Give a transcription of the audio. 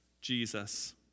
Jesus